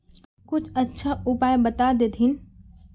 कुछ अच्छा उपाय बता देतहिन?